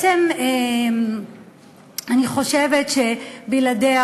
אני חושבת שבלעדיה,